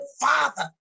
father